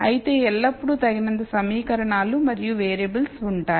అయితే ఎల్లప్పుడూ తగినంత సమీకరణాలు మరియు వేరియబుల్స్ ఉంటాయి